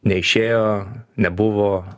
neišėjo nebuvo